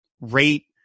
rate